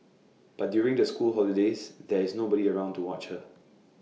but during the school holidays there is nobody around to watch her